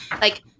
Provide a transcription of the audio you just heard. like-